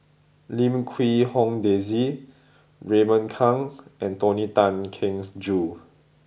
Lim Quee Hong Daisy Raymond Kang and Tony Tan Keng Joo